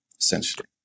essentially